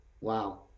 wow